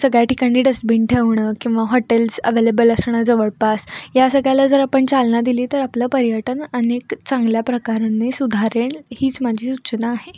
सगळ्या ठिकाणी डस्टबिन ठेवणं किंवा हॉटेल्स अवेलेबल असणं जवळपास या सगळ्याला जर आपण चालना दिली तर आपलं पर्यटन अनेक चांगल्या प्रकारांनी सुधारेल हीच माझी सूचना आहे